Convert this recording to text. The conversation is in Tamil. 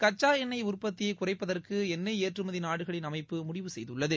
கச்சா எண்ணெய் உற்பத்தியை குறைப்பதற்கு எண்ணெய் ஏற்றுமதி நாடகளின் அமைப்பு முடிவு செய்துள்ளது